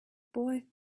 boy